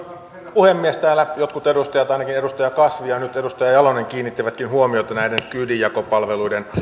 puhemies täällä jotkut edustajat ainakin edustaja kasvi ja nyt edustaja jalonen kiinnittivätkin huomiota näiden kyydinjakopalveluiden